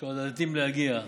שעוד עתידים להגיע,